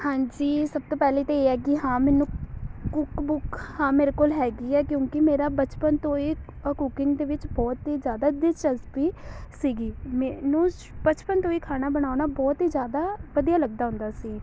ਹਾਂਜੀ ਸਭ ਤੋਂ ਪਹਿਲੇ ਤਾਂ ਇਹ ਹੈ ਕਿ ਹਾਂ ਮੈਨੂੰ ਕੁੱਕ ਬੁੱਕ ਹਾਂ ਮੇਰੇ ਕੋਲ ਹੈਗੀ ਹੈ ਕਿਉਂਕਿ ਮੇਰਾ ਬਚਪਨ ਤੋਂ ਇਹ ਅਹ ਕੁਕਿੰਗ ਦੇ ਵਿੱਚ ਬਹੁਤ ਹੀ ਜ਼ਿਆਦਾ ਦਿਲਚਸਪੀ ਸੀਗੀ ਮੈਨੂੰ ਬਚਪਨ ਤੋਂ ਹੀ ਖਾਣਾ ਬਣਾਉਣਾ ਬਹੁਤ ਹੀ ਜ਼ਿਆਦਾ ਵਧੀਆ ਲੱਗਦਾ ਹੁੰਦਾ ਸੀ